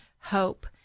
hope